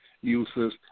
uses